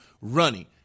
running